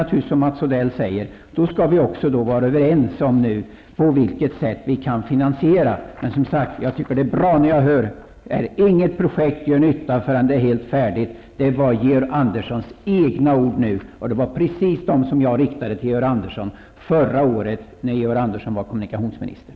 Då kan vi naturligtvis också, som Mats Odell sade, vara överens om det sätt på vilket vi kan finansiera investeringarna. Men jag tycker som sagt att det är bra att jag får höra Georg Andersson säga att inget projekt gör nytta förrän det är helt färdigt. Det var Georg Anderssons egna ord, och det var precis dem som jag riktade till Georg Andersson förra året, när Georg Andersson var kommunikationsminister.